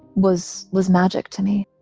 was was magic to me.